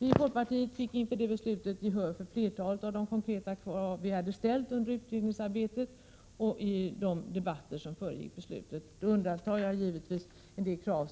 Vi i folkpartiet fick inför det beslutet gehör för flertalet av de konkreta krav som vi ställt under utredningsarbetet och i de debatter som föregick beslutet. Jag undantar då givetvis en del krav